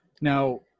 Now